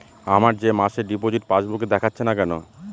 আমার মে মাসের ডিপোজিট পাসবুকে দেখাচ্ছে না কেন?